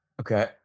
Okay